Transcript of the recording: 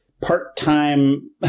part-time